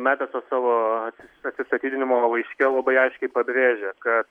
metisas savo atsistatydinimo laiške labai aiškiai pabrėžia kad